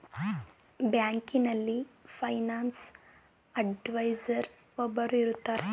ಬ್ಯಾಂಕಿನಲ್ಲಿ finance adviser ಒಬ್ಬರು ಇರುತ್ತಾರೆ